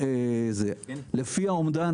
לפי האמדן